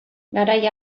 garai